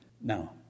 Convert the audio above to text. Now